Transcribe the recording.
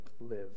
live